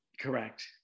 Correct